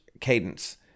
cadence